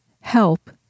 help